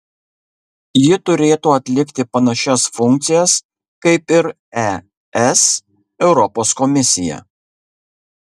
ji turėtų atlikti panašias funkcijas kaip ir es europos komisija